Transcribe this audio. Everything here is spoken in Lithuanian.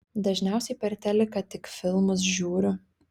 dažniausiai per teliką tik filmus žiūriu